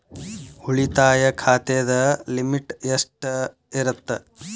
ಉಳಿತಾಯ ಖಾತೆದ ಲಿಮಿಟ್ ಎಷ್ಟ ಇರತ್ತ?